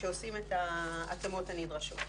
שעושים את ההתאמות הנדרשות.